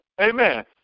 Amen